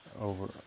over